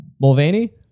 Mulvaney